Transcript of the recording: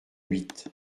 huit